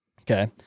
Okay